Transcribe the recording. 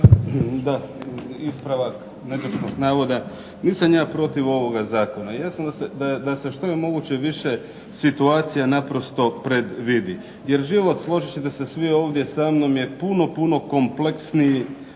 Da, ispravak netočnog navoda. Nisam ja protiv ovoga zakona, ja sam da se što više situacija predvidi, jer život, složit ćete se svi ovdje sa mnom, je puno kompleksniji